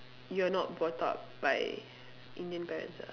you are not brought up by Indian parents ah